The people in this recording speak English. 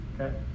Okay